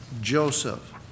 Joseph